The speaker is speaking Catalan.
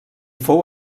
fou